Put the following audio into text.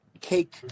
cake